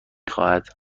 خواهد